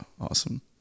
awesome